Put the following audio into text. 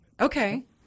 Okay